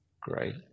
great